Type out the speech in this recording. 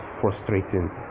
frustrating